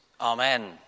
Amen